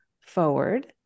forward